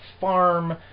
farm